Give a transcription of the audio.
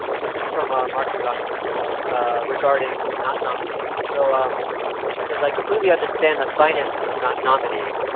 this is from ah marcy rockman regarding not nominating. so, um she says i completely understand the finances of not nominating,